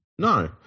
No